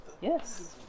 Yes